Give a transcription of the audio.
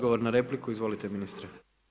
Odgovor na repliku, izvolite ministre.